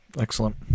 Excellent